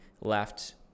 left